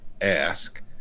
ask